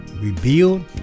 rebuild